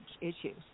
issues